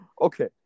Okay